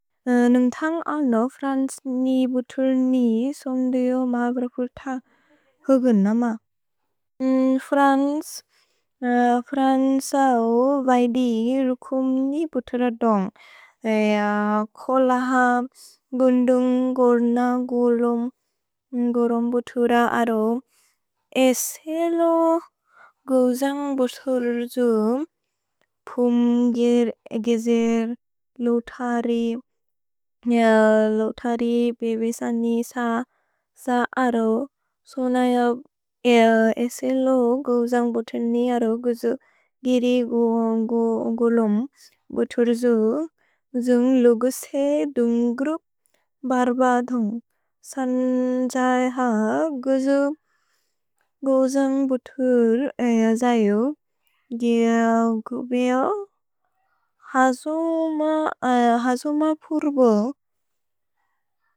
न्म्थन्ग् अल्नो फ्रन्स् न् बुतुर् न् सोन्दु यो मा प्रएचुल्त ह्ग्न् नम। फ्रन्स्, फ्रन्स ओ वैदि रुकुम् न् बुतुर् अदोन्क्। कोल हप् गुन्दुन्ग् गोन गुलुम् बुतुर अदोन्क्। एसेलो गुजन्ग् बुतुर् जु पुन्गिर् एगिजिर् लोतरि बेबेसनि स अदोन्क्। सोन य एसेलो गुजन्ग् बुतुर् न् अरो गुज् गिरि गुलुम् बुतुर् जु। जुन्ग् लोगुसे दुन्ग् ग्रुप् बर्ब अदोन्क्। सन्जय् ह गुज् गुजन्ग् बुतुर् जयु। जुन्ग् लोगुसे दुन्ग् ग्रुप् बर्ब अदोन्क्।